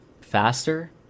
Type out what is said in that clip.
faster